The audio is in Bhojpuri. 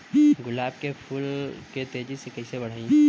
गुलाब के फूल के तेजी से कइसे बढ़ाई?